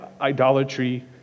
idolatry